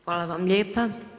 Hvala vam lijepa.